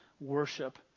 worship